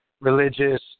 religious